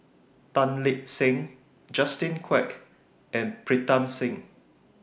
Tan Lip Seng Justin Quek and Pritam Singh